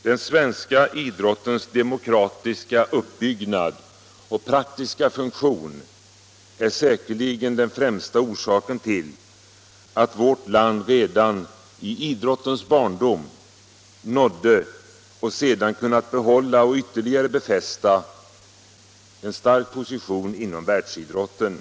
Den svenska idrottens demokratiska uppbyggnad och praktiska funktion är säkerligen den främsta orsaken till att vårt land redan i idrottens barndom nådde och sedan kunnat behålla och ytterligare befästa en stark position inom världsidrotten.